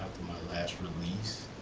my last release,